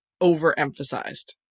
overemphasized